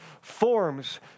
forms